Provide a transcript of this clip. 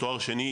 תואר שני,